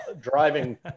driving